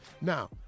Now